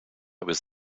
was